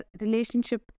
relationship